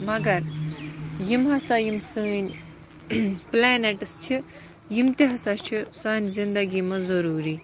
مگر یِم ہَسا یِم سٲنٛۍ پُلینٮ۪ٹٕس چھِ یِم تہِ ہَسا چھِ سانہِ زِنٛدگی منٛز ضروٗری